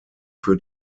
für